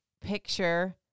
picture